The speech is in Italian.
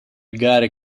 gare